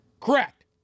Correct